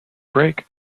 break